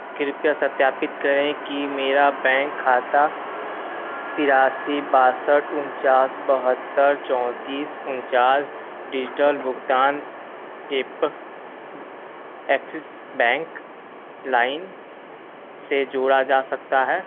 कृपया सत्यापित करें कि मेरा बैंक खाता तिरासी बासठ उनचास बैहतर चोतीस उनचास डिजिटल भुगतान ऐप एक्सिस बैंक लाइन से जोड़ा जा सकता है